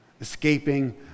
Escaping